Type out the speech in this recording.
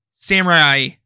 Samurai